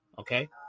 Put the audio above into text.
okay